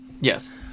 Yes